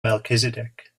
melchizedek